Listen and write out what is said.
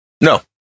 no